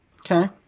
Okay